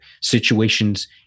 situations